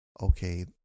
okay